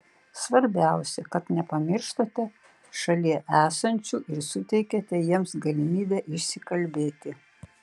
svarbiausia kad nepamirštate šalie esančių ir suteikiate ir jiems galimybę išsikalbėti